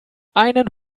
einen